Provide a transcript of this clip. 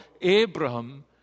Abraham